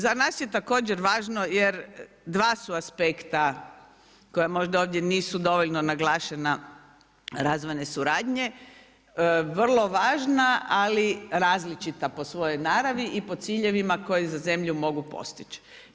Za nas je također važno jer 2 su aspekta, koja možda ovdje nisu naglašena razvojne suradnje, vrlo važna, ali različita po svojoj naravi i po ciljevima koji za zemlju mogu postići.